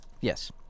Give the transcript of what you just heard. yes